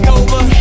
over